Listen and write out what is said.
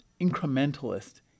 incrementalist